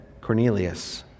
Cornelius